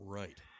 right